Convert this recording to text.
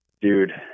Dude